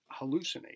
Hallucinate